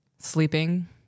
Sleeping